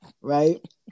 right